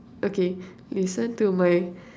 okay listen to my